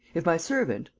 if my servant,